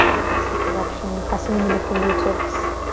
opposite direction. pressing into the fingertips.